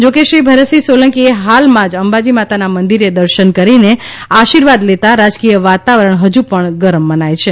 જોકે શ્રી ભરતસિંહ સોલંકીએ હાલમાં જ અંબાજી માતાના મંદીરે દર્શન કરીને આશીર્વાદ લેતા રાજકીય વાતાવરણ હજુ પણ ગરમ મનાય છે